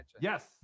Yes